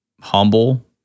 humble